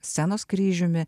scenos kryžiumi